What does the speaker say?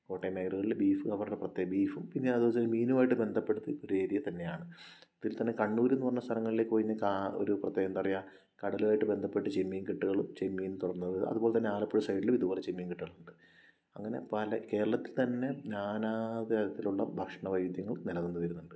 കോട്ടയം മേഖലകളിൽ ബീഫ് അവരുടെ പ്രത്യേകത ബീഫും പിന്നെ അതുപോലെ തന്നെ മീനുമായിട്ട് ബന്ധപ്പെടുത്തി ഒരു ഏരിയ തന്നെയാണ് അപ്പോള് ഇതിൽ തന്നെ കണ്ണൂരെന്നു പറഞ്ഞ സ്ഥലങ്ങളിൽ പോയിക്കഴിഞ്ഞാല് ഒരു പ്രത്യേക എന്താണ് പറയുക കടലുമായിട്ട് ബന്ധപ്പെട്ട് ചെമ്മീൻ കെട്ടുകളും ചെമ്മീൻ അതുപോലെതന്നെ ആലപ്പുഴ സൈഡിലും ഇതുപോലെ ചെമ്മീൻ കെട്ടുകളുണ്ട് അങ്ങനെ പല കേരളത്തില്ത്തന്നെ നാനാതരത്തിലുള്ള ഭക്ഷണവൈവിധ്യങ്ങളും നിലനിന്നുവരുന്നുണ്ട്